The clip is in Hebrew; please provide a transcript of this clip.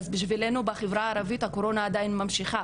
בשבילנו בחברה הערבית הקורונה עדיין ממשיכה